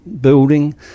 building